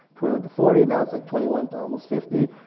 twenty one to forty, now it's like twenty one to almost fifty,